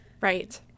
Right